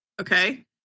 Okay